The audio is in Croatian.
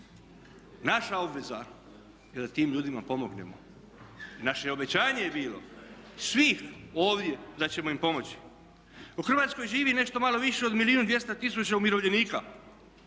Naša obveza je da tim ljudima pomognemo. Naše obećanje je bilo svih ovdje da ćemo im pomoći. U Hrvatskoj živi nešto malo više od milijun i 200 tisuća umirovljenika